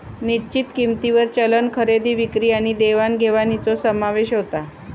निश्चित किंमतींवर चलन खरेदी विक्री आणि देवाण घेवाणीचो समावेश होता